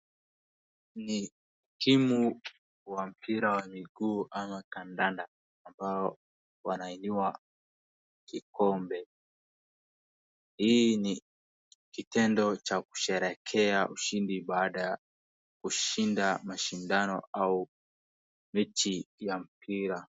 Ni timu wa mpira wa miguu ama kandanda ambao wanainua kikombe. Hii ni kitendo cha kusherekje ushindi baada ya kushinda mashindano au mechi ya mpira.